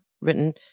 written